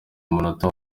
munota